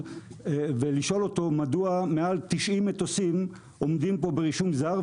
ולשאול אותו מדוע מעל 90 מטוסים עומדים פה ברישום זר,